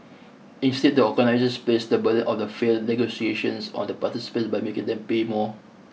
instead the organisers placed the burden of the failed negotiations on the participants by making them pay more